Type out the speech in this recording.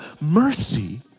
mercy